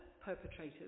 perpetrators